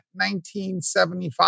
1975